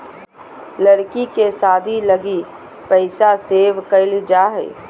लड़की के शादी लगी पैसा सेव क़इल जा हइ